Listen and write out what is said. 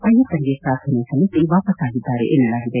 ಅಯ್ಲಪ್ಪನಿಗೆ ಪ್ರಾರ್ಥನೆ ಸಲ್ಲಿಸಿ ವಾಪಸ್ವಾಗಿದ್ದಾರೆ ಎನ್ನಲಾಗಿದೆ